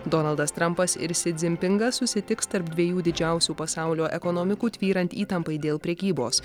donaldas trumpas ir ci zin pingas susitiks tarp dviejų didžiausių pasaulio ekonomikų tvyrant įtampai dėl prekybos